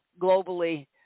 globally